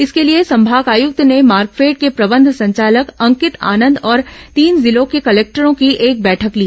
इसके लिए संभाग आयक्त ने मार्कफेड के प्रबंध संचालक अंकित आनंद और तीन जिलों के कलेक्टरों की एक बैठक ली